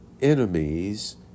enemies